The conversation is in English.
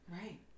Right